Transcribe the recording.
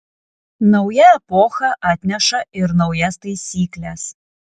nauja epocha atneša ir naujas taisykles